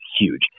huge